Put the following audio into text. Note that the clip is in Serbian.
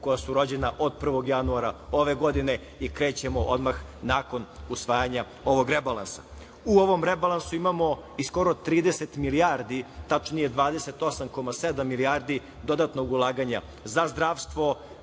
koja su rođena od 1. januara ove godine i krećemo odmah nakon usvajanja ovog rebalansa.U ovom rebalansu imamo i skoro 30 milijardi, tačnije 28,7 milijardi dodatnog ulaganja za zdravstvo.